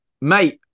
mate